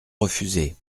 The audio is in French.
refusé